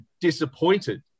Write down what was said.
disappointed